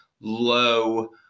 low